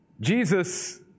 Jesus